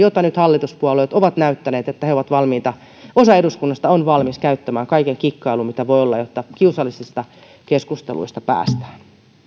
ja josta nyt hallituspuolueet ovat näyttäneet että osa eduskunnasta on valmis käyttämään kaiken kikkailun mitä voi olla jotta kiusallisista keskusteluista päästään